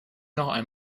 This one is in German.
noch